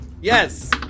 Yes